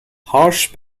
harsh